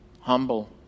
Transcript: humble